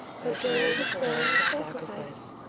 adored with prayer and sacrifice.